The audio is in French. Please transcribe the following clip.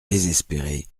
désespéré